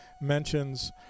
mentions